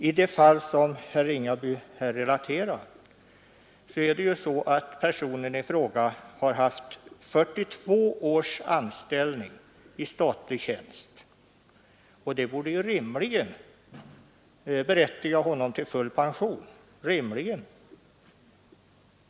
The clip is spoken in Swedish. I det fall som herr Ringaby här relaterade har personen i fråga haft 42 års anställning i statlig tjänst, och det borde ju rimligen berättiga honom till full pension.